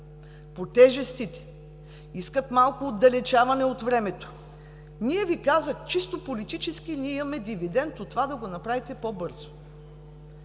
по тежестите, искат малко отдалечаване във времето. Ние Ви казваме чисто политически – имаме дивидент от това да го направите по-бързо,